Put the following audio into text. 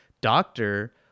doctor